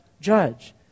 judge